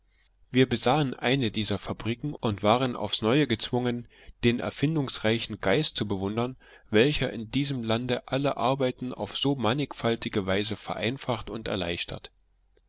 wir besahen eine dieser fabriken und waren aufs neue gezwungen den erfindungsreichen geist zu bewundern welcher in diesem lande alle arbeiten auf so mannigfaltige weise vereinfacht und erleichtert